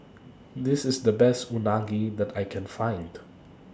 This IS The Best Unagi that I Can Find